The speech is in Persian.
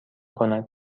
کند